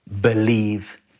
believe